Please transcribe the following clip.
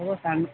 হ'ব ছাৰ